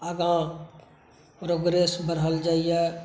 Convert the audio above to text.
आगाँ प्रोग्रेस बढ़ल जाइए